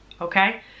okay